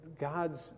God's